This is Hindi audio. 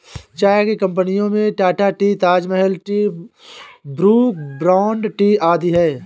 चाय की कंपनियों में Tata tea, Taj Mahal tea, Brooke Bond tea आदि है